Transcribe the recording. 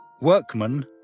Workman